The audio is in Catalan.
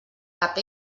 cap